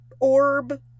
orb